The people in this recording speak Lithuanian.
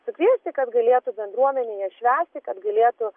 sukviesti kad galėtų bendruomenėje švęsti kad galėtų